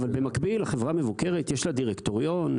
אבל במקביל החברה מבוקרת, יש לה דירקטוריון,